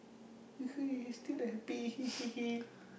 you see he's still a happy